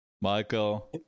Michael